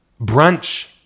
brunch